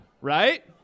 Right